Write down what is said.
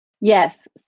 Yes